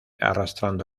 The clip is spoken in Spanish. arrastrando